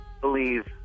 believe